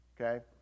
Okay